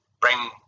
bring